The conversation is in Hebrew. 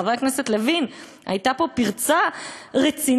חבר הכנסת לוין: הייתה פה פרצה רצינית,